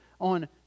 on